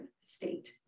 state